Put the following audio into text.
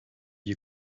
you